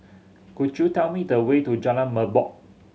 could you tell me the way to Jalan Merbok